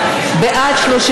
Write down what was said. בעד?